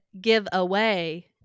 giveaway